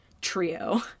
trio